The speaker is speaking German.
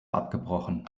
abgebrochen